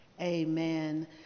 Amen